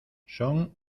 son